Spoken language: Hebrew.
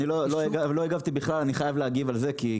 אני לא הגבתי בכלל, אני חייב להגיב על זה.